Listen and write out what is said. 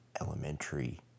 elementary